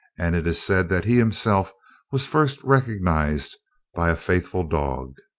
and it is said that he himself was first recognized by a faithful dog.